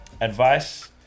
Advice